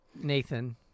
Nathan